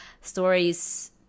Stories